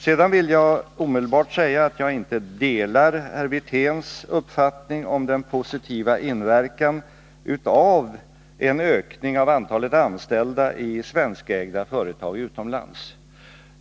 Sedan vill jag omedelbart säga att jag inte delar herr Wirténs uppfattning om den positiva inverkan av en ökning av antalet anställda i svenskägda företag utomlands.